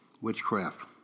Witchcraft